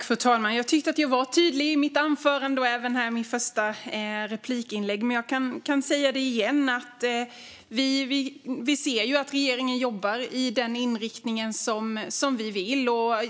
Fru talman! Jag tyckte att jag var tydlig i mitt anförande och även i mitt första replikinlägg, men jag kan säga det igen. Vi ser att regeringen jobbar i den riktning som vi vill.